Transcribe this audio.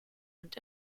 und